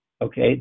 Okay